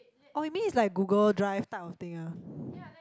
orh you mean is like Google Drive type of thing ah